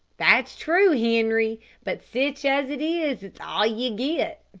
that's true, henri, but sich as it is it's all ye'll git.